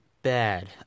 Bad